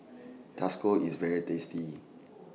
IS very tasty